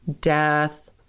Death